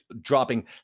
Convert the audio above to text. dropping